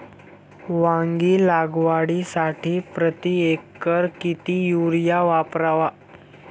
वांगी लागवडीसाठी प्रति एकर किती युरिया वापरावा?